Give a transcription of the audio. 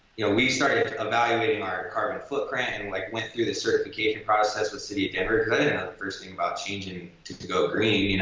yeah we started evaluating our carbon footprint and like went through the certification process with city of denver cause i didn't know ah the first thing about changing to to go green.